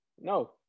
No